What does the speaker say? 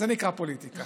זה נקרא פוליטיקה,